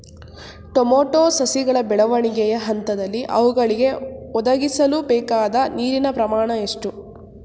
Tomato ಸಸಿಗಳ ಬೆಳವಣಿಗೆಯ ಹಂತದಲ್ಲಿ ಅವುಗಳಿಗೆ ಒದಗಿಸಲುಬೇಕಾದ ನೀರಿನ ಪ್ರಮಾಣ ಎಷ್ಟು?